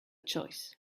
choice